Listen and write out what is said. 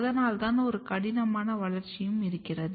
அதனால்தான் ஒரு கடினமான வளர்ச்சியும் இருக்கிறது